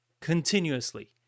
continuously